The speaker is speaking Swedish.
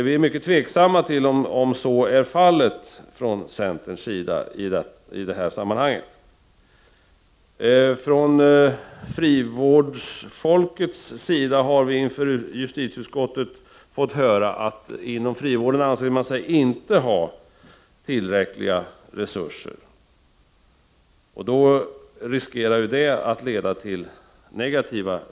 Vi tvivlar på att så sker. Frivårdsfolket har inför justitieutskottet förklarat att man inte anser sig ha tillräckliga resurser. Detta gör att resultatet kan bli negativt.